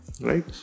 right